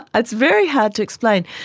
it's very hard to explain.